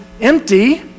empty